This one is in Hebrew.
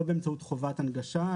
לא באמצעות חובת הנגשה,